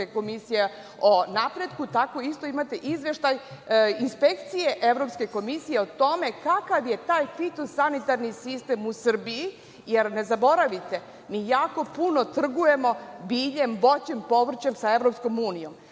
komisije o napretku, tako isto imate izveštaj inspekcije Evropske komisije o tome kakav je taj fitosanitarni sistem u Srbiji. Jer, ne zaboravite, mi jako puno trgujemo biljem, voćem, povrćem sa EU. Oni